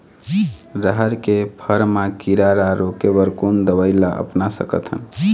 रहर के फर मा किरा रा रोके बर कोन दवई ला अपना सकथन?